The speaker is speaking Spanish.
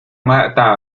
mata